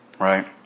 right